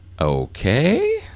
okay